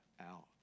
out